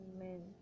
Amen